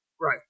Right